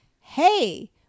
hey